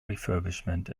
refurbishment